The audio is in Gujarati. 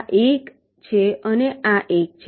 આ એક છે અને આ એક છે